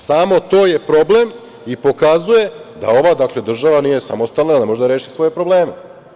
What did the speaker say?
Samo to je problem i pokazuje da ova država nije samostalna, ne može da reši svoje probleme.